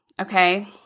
okay